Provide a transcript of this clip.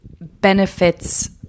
benefits